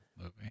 movie